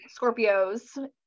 Scorpios